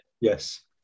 Yes